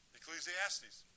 Ecclesiastes